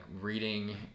reading